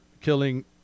killing